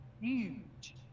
huge